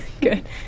good